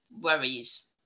worries